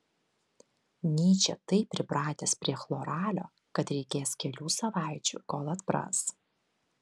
nyčė taip pripratęs prie chloralio kad reikės kelių savaičių kol atpras